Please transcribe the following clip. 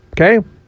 Okay